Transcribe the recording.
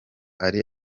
ari